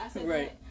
right